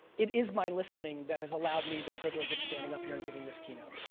it is my listening that has allowed me the privilege of standing up here, and giving this keynote.